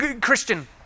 Christian